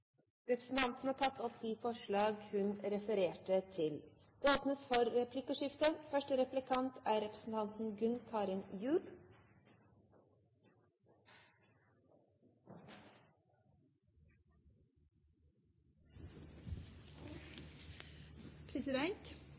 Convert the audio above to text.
Representanten Trine Skei Grande har tatt opp de forslag hun refererte til. Det åpnes for replikkordskifte. Representanten